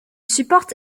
supporte